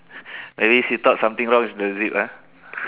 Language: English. maybe she thought something wrong with the zip ah